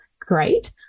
great